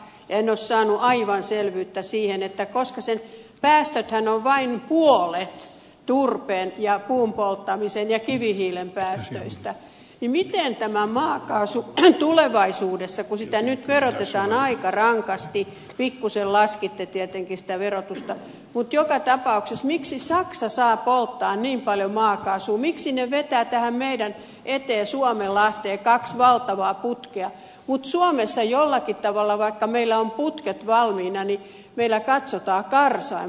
en ole saanut aivan selvyyttä siihen koska sen päästöthän ovat vain puolet turpeen ja puun polttamisen ja kivihiilen päästöistä miksi tulevaisuudessa kun sitä nyt verotetaan aika rankasti pikkuisen laskitte tietenkin sitä verotusta mutta joka tapauksessa saksa saa polttaa niin paljon maakaasua miksi ne vetävät meidän eteemme suomenlahteen kaksi valtavaa putkea mutta suomessa jollakin tavalla vaikka meillä on putket valmiina katsotaan kääreeseen